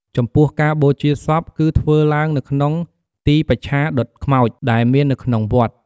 ចំពោះការបូជាសពគឺធ្វើឡើងនៅក្នុងទីបច្ឆាដុតខ្មោច ដែលមាននៅក្នុងវត្ត។